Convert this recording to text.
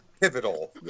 Pivotal